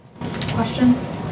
Questions